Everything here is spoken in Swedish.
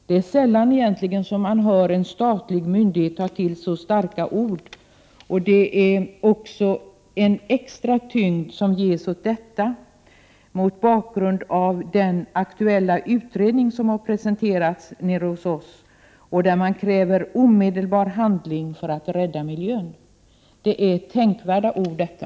Det är sällan man hör en statlig myndighet ta till så starka ord. Det innebär också att extra tyngd ges åt detta mot bakgrund av den utredning som presenterades nere hos oss i Skåne, i vilken man kräver omedelbar handling för att rädda miljön. Det är tänkvärda ord, detta!